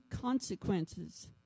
consequences